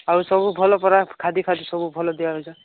ଆଉ ସବୁ ଭଲ ପରା ଖାଦୀ ଖାଦୀ ସବୁ ଭଲ ଦିଆ ହେଉଛି